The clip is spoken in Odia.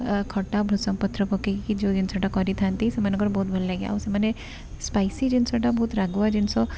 ଖଟା ଭୁସଙ୍ଗ ପତ୍ର ପକାଇକି ଯେଉଁ ଜିନିଷଟା କରିଥାନ୍ତି ସେମାନଙ୍କର ବହୁତ ଭଲ ଲାଗେ ଆଉ ସେମାନେ ସ୍ପାଇସି ଜିନିଷଟା ବହୁତ ରାଗୁଆ ଜିନିଷ